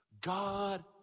God